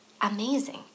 Amazing